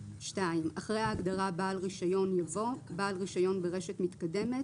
אחרי ההגדרה " על רישיון" יבוא: ""בעל רישיון ברשת מתקדמת"